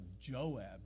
Joab